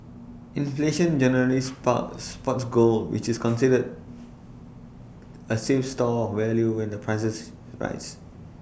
inflation generally supports supports gold which is considered A safe store value when the prices rise